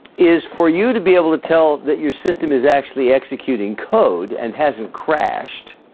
is for you to be able to tell that your system is actually executing code and hasn't crashed